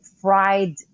fried